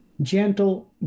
Gentle